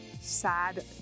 sad